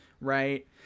right